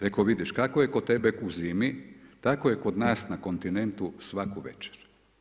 Reko vidiš, kako je kod tebe u zimi, tako je kod nas na kontinentu svaku večer.